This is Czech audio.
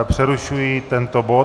Přerušuji tento bod.